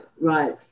Right